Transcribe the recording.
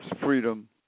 freedom